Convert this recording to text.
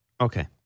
Okay